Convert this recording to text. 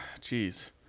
Jeez